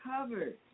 covered